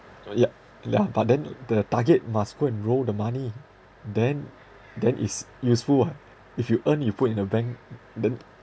uh yeah yeah but then the target must go and roll the money then then is useful [what] if you earn you put in the bank then